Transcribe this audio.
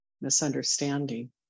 misunderstanding